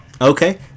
Okay